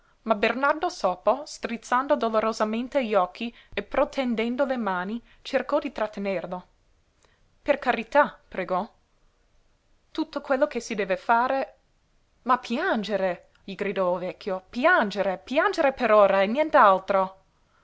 ma bernardo sopo strizzando dolorosamente gli occhi e protendendo le mani cercò di trattenerlo per carità pregò tutto quello che si deve fare ma piangere gli gridò il vecchio piangere piangere per ora e